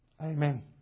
Amen